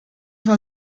war